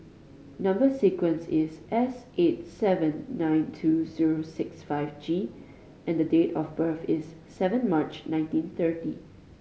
number sequence is S eight seven nine two zero six five G and the date of birth is seven March nineteen thirty